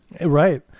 Right